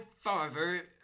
father